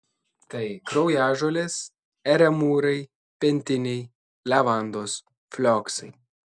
tai kraujažolės eremūrai pentiniai levandos flioksai